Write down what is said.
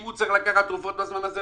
אם הוא צריך לקחת תרופות בזמן הזה,